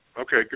okay